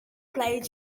played